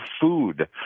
food